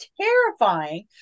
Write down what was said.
terrifying